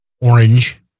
Orange